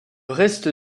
reste